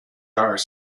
are